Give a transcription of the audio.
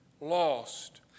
lost